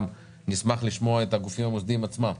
נשמח לשמוע את הגופים המוסדיים עצמם,